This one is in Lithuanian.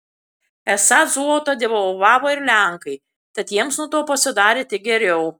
esą zlotą devalvavo ir lenkai tad jiems nuo to pasidarė tik geriau